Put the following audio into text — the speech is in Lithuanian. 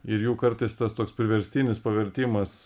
ir jų kartais tas toks priverstinis pavertimas